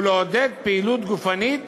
ולעודד פעילות גופנית